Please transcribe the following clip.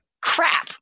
crap